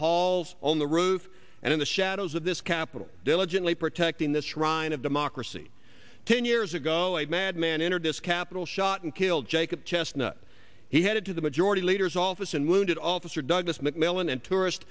halls on the roof and in the shadows of this capitol diligently protecting the shrine of democracy ten years ago a madman entered this capitol shot and killed jacob chestnut he headed to the majority leader's office and wounded officer douglas mcmillan and tourist